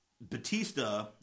Batista